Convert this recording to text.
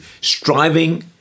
Striving